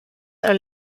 are